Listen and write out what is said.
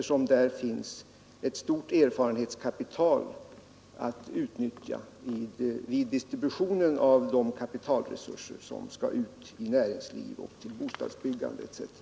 Där finns ett stort erfarenhetskapital att utnyttja vid distributionen av de kapitalresurser som skall ut till näringsliv, bostadsbyggande etc.